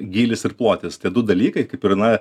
gylis ir plotis tie du dalykai kaip ir na